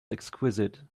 exquisite